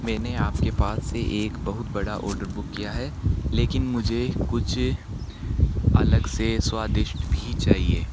मैंने आपके पास से एक बहुत बड़ा ऑर्डर बुक किया है लेकिन मुझे कुछ अलग से स्वादिष्ट भी चाहिए